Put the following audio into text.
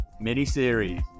mini-series